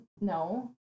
No